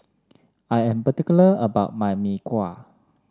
I am particular about my Mee Kuah